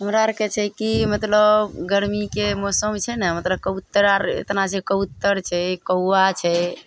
हमरा आओरके छै कि मतलब गरमीके मौसम होइ छै ने मतलब कबूतर आओर एतना छै कबूतर छै कौआ छै